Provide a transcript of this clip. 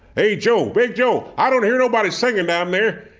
hey, joe. big joe. i don't hear nobody singing down there.